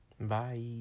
bye